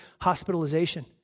hospitalization